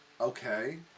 Okay